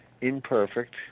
imperfect